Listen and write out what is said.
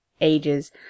ages